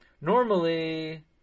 Normally